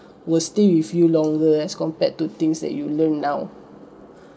will stay with you longer as compared to things that you learn now